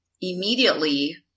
immediately